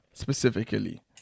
specifically